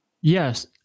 Yes